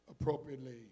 appropriately